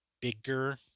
bigger